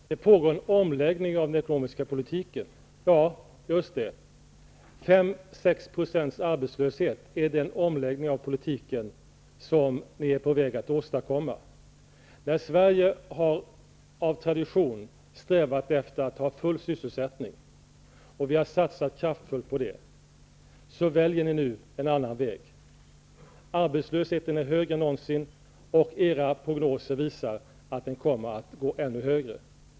Herr talman! Det pågår en omläggning av den ekonomiska politiken. Just det, men 5--6 % arbetslöshet, är det den omläggning av politiken som ni är på väg att åstadkomma? När Sverige av tradition har strävat efter full sysselsättning och vi har kraftfullt satsat på detta, väljer ni nu en annan väg. Arbetslösheten är högre än någonsin, och era prognoser visar att de kommer att bli ännu högre.